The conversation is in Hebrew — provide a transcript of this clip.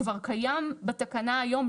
כבר קיים בתקנה היום.